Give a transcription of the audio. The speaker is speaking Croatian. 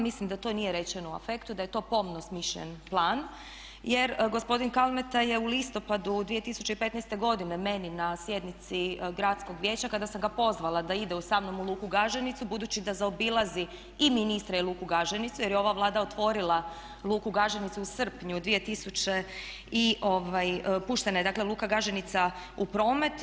Mislim da to nije rečeno u afektu, da je to pomno smišljen plan, jer gospodin Kalmeta je u listopadu 2015. godine meni na sjednici Gradskog vijeća kada sam ga pozvala da ide sa mnom u luku Gaženicu budući da zaobilazi i ministre i luku Gaženicu, jer je ova Vlada otvorila luku Gaženicu u srpnju dvije tisuće i puštena je dakle luka Gaženica u promet.